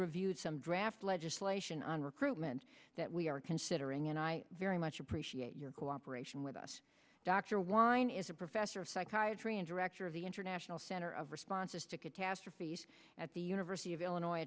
reviewed some draft legislation on recruitment that we are considering and i very much appreciate your cooperation with us dr wine is a professor of psychiatry and director of the international center of sponsor's to catastrophes at the university of illinois